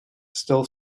still